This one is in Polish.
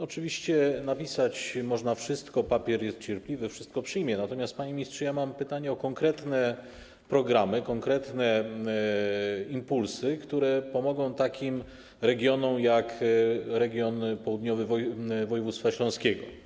Oczywiście napisać można wszystko, papier jest cierpliwy, wszystko przyjmie, natomiast, panie ministrze, mam pytanie o konkretne programy, konkretne impulsy, które pomogą takim regionom jak region południowy województwa śląskiego.